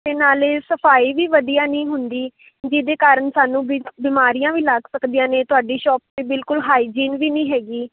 ਅਤੇ ਨਾਲ ਸਫ਼ਾਈ ਵੀ ਵਧੀਆ ਨਹੀਂ ਹੁੰਦੀ ਜਿਹਦੇ ਕਾਰਨ ਸਾਨੂੰ ਬਿਮਾ ਬਿਮਾਰੀਆਂ ਵੀ ਲੱਗ ਸਕਦੀਆਂ ਨੇ ਤੁਹਾਡੀ ਸ਼ੋਪ 'ਤੇ ਬਿਲਕੁਲ ਹਾਈਜੀਨ ਵੀ ਨਹੀਂ ਹੈਗੀ